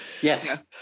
yes